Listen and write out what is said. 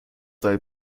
seine